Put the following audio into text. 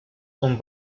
con